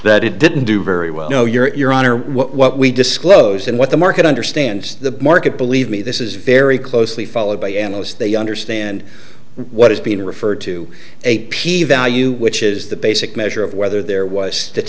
that it didn't do very well know your iran or what we disclose and what the market understands the market believe me this is very closely followed by analysts they understand what is being referred to a p value which is the basic measure of whether there was